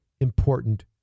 important